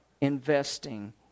investing